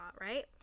right